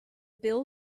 bill